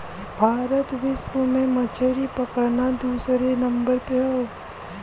भारत विश्व में मछरी पकड़ना दूसरे नंबर पे हौ